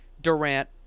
Durant